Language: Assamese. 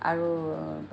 আৰু